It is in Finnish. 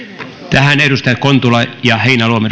tähän edustaja kontula ja edustaja heinäluoma